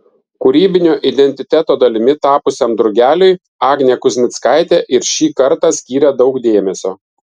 kūrybinio identiteto dalimi tapusiam drugeliui agnė kuzmickaitė ir šį kartą skyrė daug dėmesio